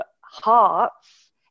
hearts